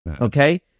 Okay